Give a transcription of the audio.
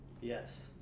yes